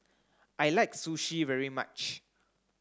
I like Sushi very much